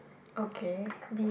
okay